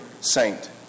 saint